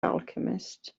alchemist